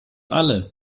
alle